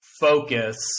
focus